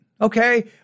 Okay